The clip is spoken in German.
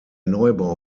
neubau